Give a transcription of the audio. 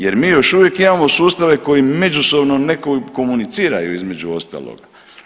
Jer mi još uvijek imamo sustave koji međusobno ne komuniciraju između ostalog.